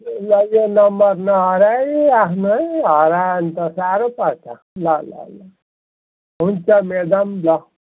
ल यो नम्बर नहराई राख्नु है हरायो भने त साह्रो पर्छ ल ल ल हुन्छ मेडम ल